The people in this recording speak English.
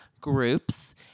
groups